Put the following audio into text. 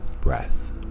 breath